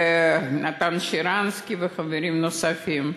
נתן שרנסקי וחברים נוספים.